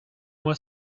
moi